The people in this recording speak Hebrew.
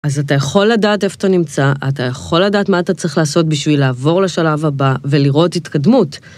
אז אתה יכול לדעת איפה אתה נמצא, אתה יכול לדעת מה אתה צריך לעשות בשביל לעבור לשלב הבא ולראות התקדמות.